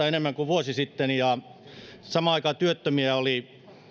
enemmän kuin vuosi sitten ja samaan aikaan työttömiä oli